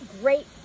great